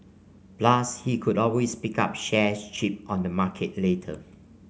plus he could always pick up shares cheap on the market later